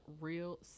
real